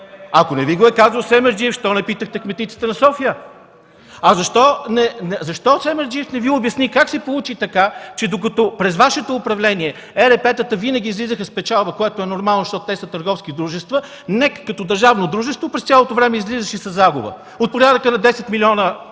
Ако не Ви го е казал Семерджиев, защо не питахте кметицата на София? Защо Семерджиев не Ви обясни как се получи така, че докато през Вашето управление ЕРП-тата винаги излизаха с печалба, което е нормално, защото те са търговски дружества, НЕК като държавно дружество през цялото време излизаше със загуба от порядъка на 10 милиона